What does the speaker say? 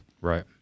right